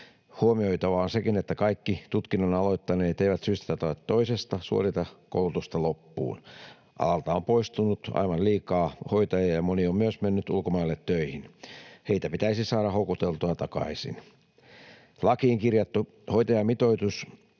Huomioitavaa on sekin, että kaikki tutkinnon aloittaneet eivät syystä tai toisesta suorita koulutusta loppuun. Alalta on poistunut aivan liikaa hoitajia, ja moni on myös mennyt ulkomaille töihin. Heitä pitäisi saada houkuteltua takaisin. Lakiin kirjattu hoitajamitoitus